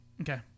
Okay